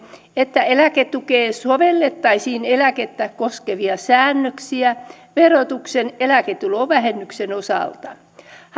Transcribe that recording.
että eläketukeen sovellettaisiin eläkettä koskevia säännöksiä verotuksen eläketulovähennyksen osalta